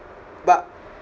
but